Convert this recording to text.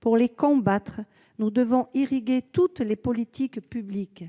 Pour les combattre, nous devons irriguer toutes les politiques publiques.